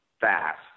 fast